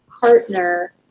partner